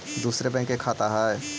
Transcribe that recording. दुसरे बैंक के खाता हैं?